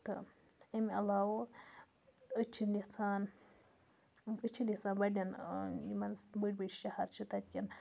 تہٕ امہِ علاوٕ أسۍ چھِنہٕ یَژھان أسۍ چھِنہٕ یَژھان بڑٮ۪ن یِمَن بٔڑۍ بٔڑۍ شہر چھِ تَتہِ کٮ۪ن